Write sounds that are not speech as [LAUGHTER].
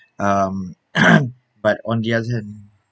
um [COUGHS] but on the other hand